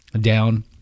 down